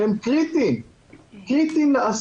שהם קריטיים לעסקים,